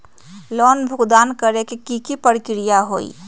Loan भुगतान करे के की की प्रक्रिया होई?